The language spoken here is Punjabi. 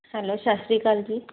ਹੈਲੋ ਸਤਿ ਸ਼੍ਰੀ ਅਕਾਲ ਜੀ